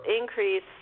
increase